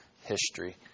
history